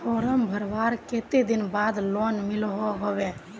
Form भरवार कते दिन बाद लोन मिलोहो होबे?